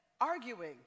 arguing